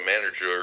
manager